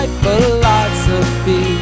philosophy